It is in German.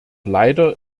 leider